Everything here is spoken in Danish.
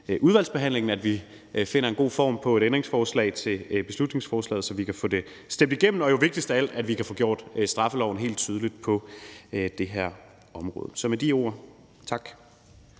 udvalgsbehandlingen finder en god udformning af et ændringsforslag til beslutningsforslaget, så vi kan få det stemt igennem – og jo vigtigst af alt, at vi kan få gjort straffeloven helt tydelig på det her område. Så med de ord vil